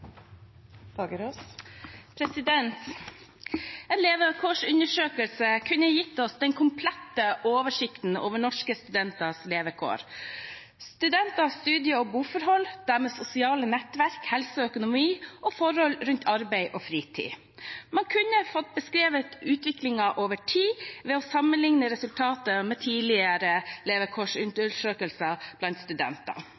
En levekårsundersøkelse kunne gitt oss den komplette oversikten over norske studenters levekår, studentenes studie- og boforhold, deres sosiale nettverk, helse og økonomi og forhold rundt arbeid og fritid. Man kunne fått beskrevet utviklingen over tid ved å sammenligne resultatet med tidligere